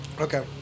Okay